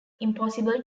impossible